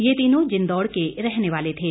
ये तीनों जिंदौड़ के रहने वाले थे